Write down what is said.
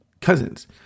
cousins